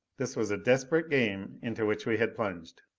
this was a desperate game into which we had plunged.